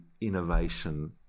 innovation